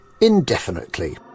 indefinitely